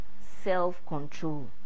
self-control